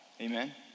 amen